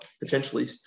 potentially